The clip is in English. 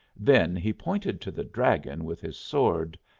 then he pointed to the dragon with his sword,